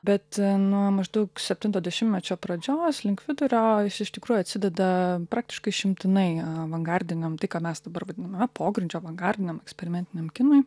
bet nuo maždaug septinto dešimtmečio pradžios link vidurio jis iš tikrųjų atsideda praktiškai išimtinai avangardiniam tai ką mes dabar vadiname pogrindžio avangardiniam eksperimentiniam kinui